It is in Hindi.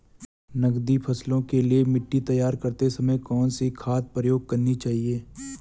नकदी फसलों के लिए मिट्टी तैयार करते समय कौन सी खाद प्रयोग करनी चाहिए?